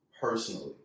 personally